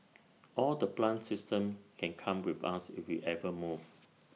all the plant systems can come with us if we ever move